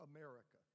America